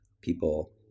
people